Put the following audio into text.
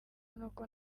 nuko